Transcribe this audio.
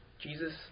Jesus